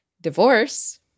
Divorce